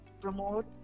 promote